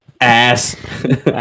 Ass